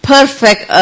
Perfect